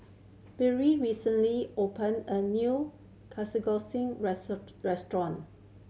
Bree recently opened a new restaurant